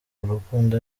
urukundo